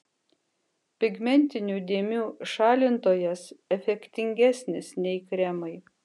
pigmentinių dėmių šalintojas efektingesnis nei kremai